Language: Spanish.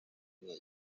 ellas